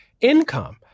income